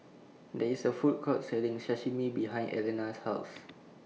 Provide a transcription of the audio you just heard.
There IS A Food Court Selling Sashimi behind Alana's House